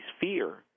fear